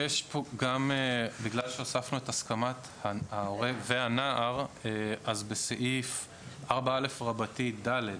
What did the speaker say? בגלל שהוספנו את הסכמת ההורה והנער, בסעיף 4א(ד)